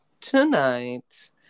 tonight